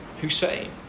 Hussein